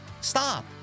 Stop